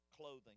clothing